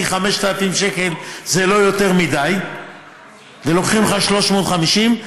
כי 5,000 שקל זה לא יותר מדי ולוקחים ממך 350,